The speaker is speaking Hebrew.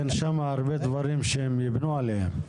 אין שם הרבה דברים שהם יכולים לבנות עליהם.